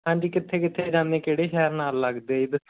ਹਾਂਜੀ ਕਿੱਥੇ ਕਿੱਥੇ ਜਾਂਦੇ ਕਿਹੜੇ ਸ਼ਹਿਰ ਨਾਲ ਲੱਗਦੇ